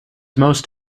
most